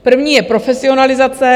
První je profesionalizace.